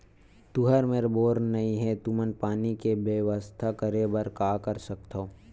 तुहर मेर बोर नइ हे तुमन पानी के बेवस्था करेबर का कर सकथव?